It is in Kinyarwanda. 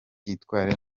yitwara